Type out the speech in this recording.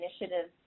initiatives